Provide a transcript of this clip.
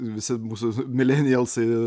visi bus milenijalsai